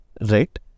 Right